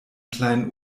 kleinen